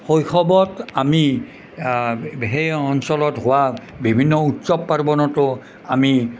শৈশৱত আমি সেই অঞ্চলত হোৱা বিভিন্ন উৎসৱ পাৰ্বণতো আমি